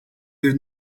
bir